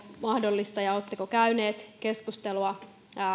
mahdollista ja oletteko käyneet keskustelua